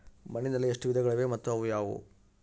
ಮಣ್ಣಿನಲ್ಲಿ ಎಷ್ಟು ವಿಧಗಳಿವೆ ಮತ್ತು ಅವು ಯಾವುವು?